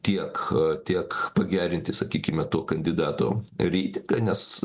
tiek tiek pagerinti sakykime to kandidato reitingą nes